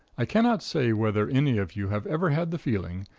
i cannot say whether any of you have ever had the feeling,